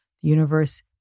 universe